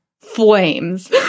flames